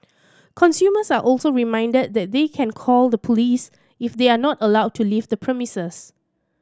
consumers are also reminded that they can call the police if they are not allowed to leave the premises